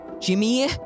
Jimmy